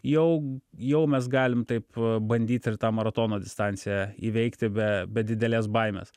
jau jau mes galim taip bandyt ir tą maratono distanciją įveikti be be didelės baimės